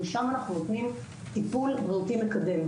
ושם אנחנו נותנים טיפול בריאותי מקדם.